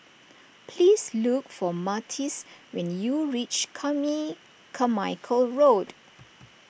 please look for Martez when you reach Carmichael Mikel Road